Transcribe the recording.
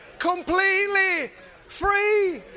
completely free.